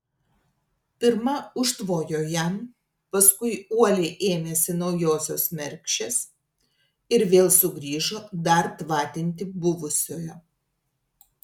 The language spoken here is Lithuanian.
pirma užtvojo jam paskui uoliai ėmėsi naujosios mergšės ir vėl sugrįžo dar tvatinti buvusiojo